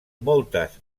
moltes